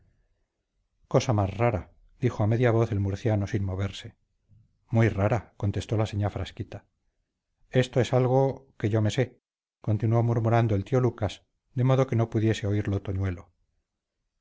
cosa más rara dijo a media voz el murciano sin moverse muy rara contestó la señá frasquita esto es algo que yo me sé continuó murmurando el tío lucas de modo que no pudiese oírlo toñuelo